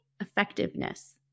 Effectiveness